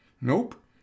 nope